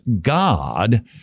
God